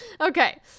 Okay